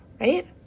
right